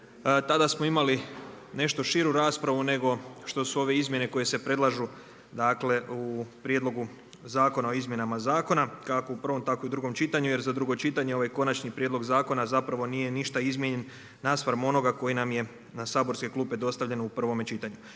Tada smo imali nešto širu raspravu nego što su ove izmjene koje se predlažu u prijedlogu zakona o izmjenama zakona kako u prvom tako i u drugom čitanju jer za drugo čitanje ovaj konačni prijedlog zakona zapravo nije ništa izmijenjen naspram onoga koji nam je na saborske klupe dostavljen u prvome čitanju.